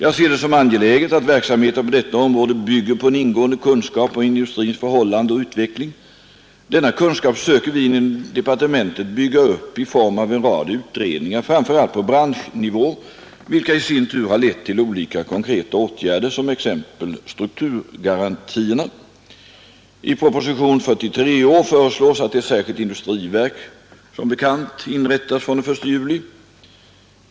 Jag ser det som angeläget att verksamheten på detta område bygger på en ingående kunskap om industrins förhållande och utveckling. Denna kunskap söker vi inom departementet bygga upp i form av en rad utredningar framför allt på branschnivå vilka i sin tur har lett till olika konkreta åtgärder, som exempel strukturgarantierna. I propositionen 1973:41 föreslås att ett särskilt industriverk inrättas fr.o.m. den 1 juli i år.